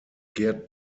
gerd